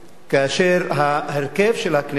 כאשר ההרכב של הכנסת